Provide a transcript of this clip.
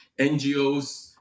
NGOs